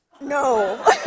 No